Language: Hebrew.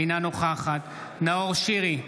אינה נוכחת נאור שירי,